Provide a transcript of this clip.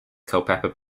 culpeper